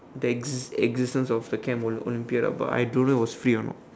the ex~ existence of the camp ol~ Olympiad ah but I don't know it was free or not